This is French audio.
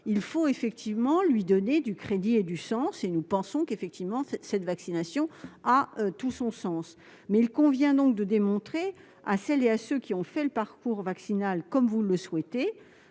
il faut effectivement lui donner du crédit et du sens. Nous pensons pour notre part que cette vaccination a effectivement tout son sens, mais il convient de démontrer à celles et à ceux qui ont fait le parcours vaccinal, comme vous le souhaitez,